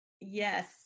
Yes